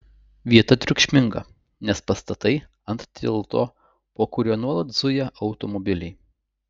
vieta triukšminga nes pastatai ant tilto po kuriuo nuolat zuja automobiliai